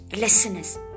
Listeners